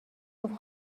گفت